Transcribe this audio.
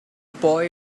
boy